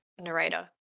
narrator